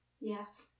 Yes